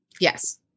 Yes